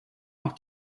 auch